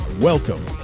welcome